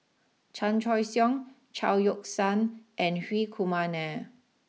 Chan Choy Siong Chao Yoke San and Hri Kumar Nair